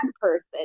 person